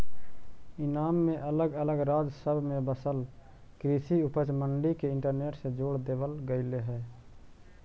ईनाम में अलग अलग राज्य सब में बसल कृषि उपज मंडी के इंटरनेट से जोड़ देबल गेलई हे